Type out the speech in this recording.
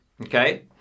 okay